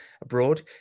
abroad